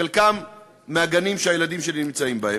חלקם מהגנים שהילדים שלי נמצאים בהם,